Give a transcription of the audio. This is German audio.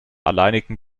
alleinigen